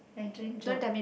my dream job